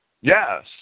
Yes